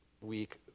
week